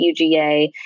UGA